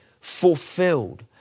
fulfilled